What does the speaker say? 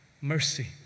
mercy